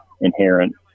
inherent